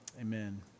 Amen